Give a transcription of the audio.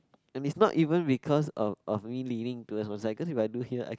and is not even because of of we leaning towards was like cause if I do here I